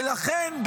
ולכן,